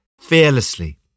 fearlessly